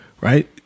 right